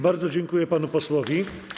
Bardzo dziękuję panu posłowi.